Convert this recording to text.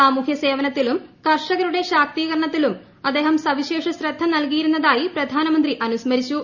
സാമൂഹ്യസേവനത്തിലും കർഷകരുടെ ശാക്തീകരണത്തിലും അദ്ദേഹം സവിശേഷ ശ്രദ്ധ നൽകിയിരുന്ന തായി പ്രധാനമന്ത്രി അനുസ്മരിച്ചു